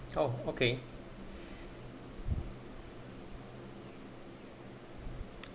oh okay